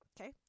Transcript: okay